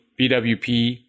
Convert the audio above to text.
BWP